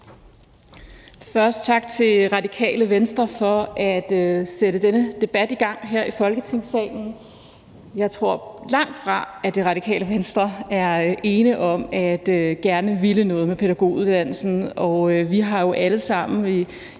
Først tak til Radikale Venstre for at sætte denne debat i gang her i Folketingssalen. Jeg tror langt fra, at Radikale Venstre er ene om gerne at ville noget med pædagoguddannelsen. Vi har jo alle sammen i